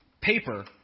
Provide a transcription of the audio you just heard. paper